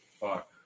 Fuck